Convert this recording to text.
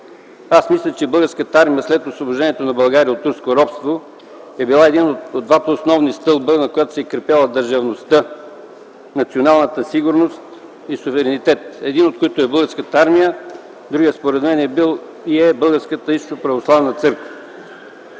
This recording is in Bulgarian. Аз мисля, че Българската армия след освобождението на България от турско робство е била един от двата основни стълба, на които се е крепяла държавността, националната сигурност и суверенитетът. Единият от тези стълбове е Българската армия, а другият според мен е бил и е Българската източноправославна църква.